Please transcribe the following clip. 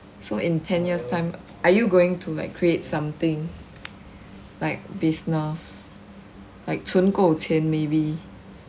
so in ten years time are you going to like create something like business like 存够钱 maybe